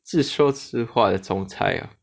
自说自话的总裁 ah